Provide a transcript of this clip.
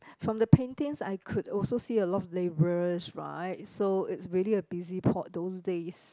from the paintings I could also see a lot of labourers right so it's really a busy port those days